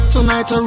Tonight